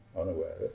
unaware